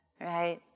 right